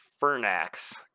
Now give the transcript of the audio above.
Fernax